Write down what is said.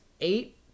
eight